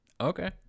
Okay